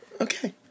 Okay